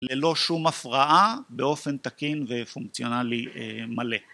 ללא שום הפרעה באופן תקין ופונקציונלי מלא